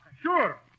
Sure